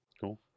cool